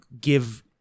give